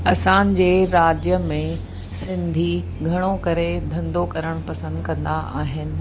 असांजे राज्य में सिंधी घणो करे धंदो करणु पसंदि कंदा आहिनि